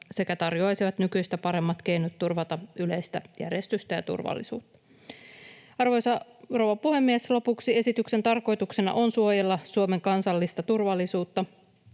sekä tarjoaisivat nykyistä paremmat keinot turvata yleistä järjestystä ja turvallisuutta. Arvoisa rouva puhemies! Lopuksi, esityksen tarkoituksena on suojella Suomen kansallista turvallisuutta